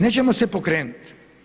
Nećemo se pokrenuti.